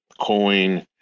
coin